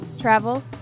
travel